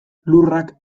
lurrak